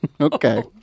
Okay